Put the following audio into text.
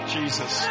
Jesus